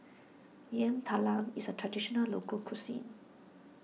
Yam Talam is a Traditional Local Cuisine